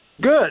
Good